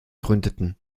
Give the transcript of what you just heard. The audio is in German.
gründeten